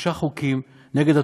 שלושה חוקים נגד התופעה,